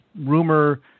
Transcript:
rumor